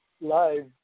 live